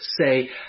say